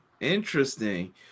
Interesting